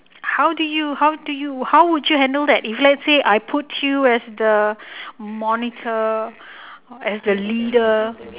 how do you how do you how would you handle that if let's say I put you as the monitor as the leader